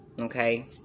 okay